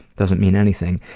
doesn't mean anything.